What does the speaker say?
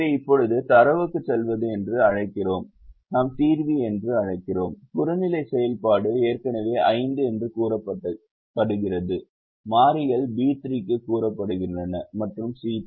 எனவே இப்போது தரவுக்குச் செல்வது என்று அழைக்கிறோம் நாம் தீர்வி என்று அழைக்கிறோம் புறநிலை செயல்பாடு ஏற்கனவே 5 என்று கூறப்படுகிறது மாறிகள் B3 க்கு கூறப்படுகின்றன மற்றும் C3